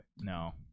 No